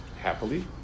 happily